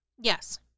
Yes